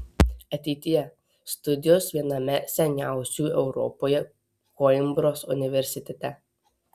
ateityje studijos viename seniausių europoje koimbros universitete